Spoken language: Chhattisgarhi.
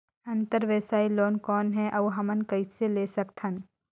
अंतरव्यवसायी लोन कौन हे? अउ हमन कइसे ले सकथन?